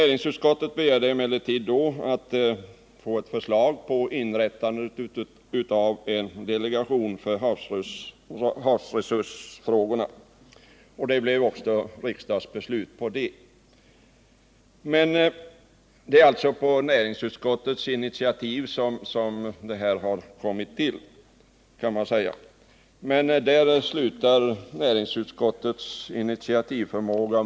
Näringsutskottet begärde emellertid då att få förslag om inrättande av en delegation för havsresursfrågor, och riksdagen fattade beslut om detta. Det är alltså på näringsutskottets initiativ som delegationen kommer till. Men där slutar näringsutskottets initiativförmåga.